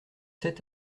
sept